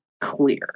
clear